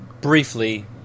briefly